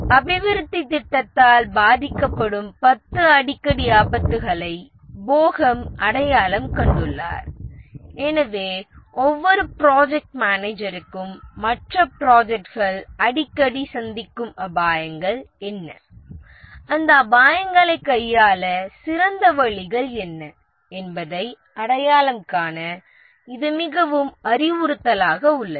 அபிவிருத்தித் திட்டத்தால் பாதிக்கப்படும் 10 அடிக்கடி ஆபத்துகளை போஹம் அடையாளம் கண்டுள்ளார் எனவே ஒவ்வொரு ப்ராஜெக்ட் மேனேஜருக்கும் மற்ற ப்ராஜெக்ட்கள் அடிக்கடி சந்திக்கும் அபாயங்கள் என்ன அந்த அபாயங்களைக் கையாள சிறந்த வழிகள் என்ன என்பதை அடையாளம் காண இது மிகவும் அறிவுறுத்தலாக உள்ளது